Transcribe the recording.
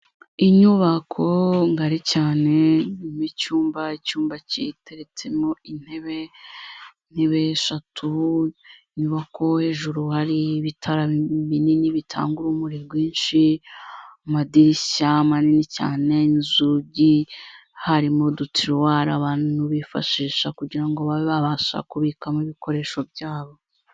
Inyubako ngari cyane, irimo icyumba, icyumba kiteretsemo intebe, intebe eshatu, niko hejuru hari ibitara binini bitanga urumuri rwinshi, amadirishya manini cyane, inzugi. Harimo uduturuwari abantu bifashisha kugira ngo babe babasha kubikamo ibikoresho byabo.